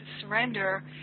surrender